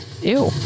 Ew